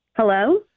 Hello